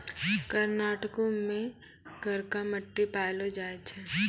कर्नाटको मे करका मट्टी पायलो जाय छै